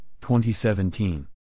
2017